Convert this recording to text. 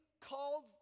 called